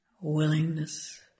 willingness